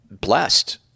blessed